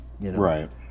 Right